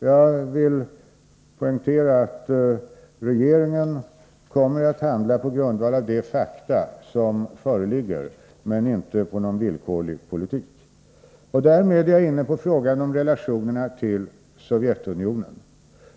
Jag vill poängtera att regeringen kommer att handla på grundval av de fakta som föreligger men inte föra någon villkorlig politik. Därmed är jag inne på relationerna till Sovjetunionen.